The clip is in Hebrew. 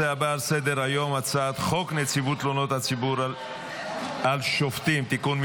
סדר-היום: הצעת חוק נציבות תלונות הציבור על שופטים (תיקון,